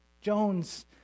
Jones